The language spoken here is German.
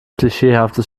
klischeehaftes